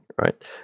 right